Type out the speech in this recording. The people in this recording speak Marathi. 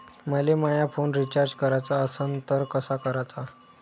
मले माया फोन रिचार्ज कराचा असन तर कसा कराचा?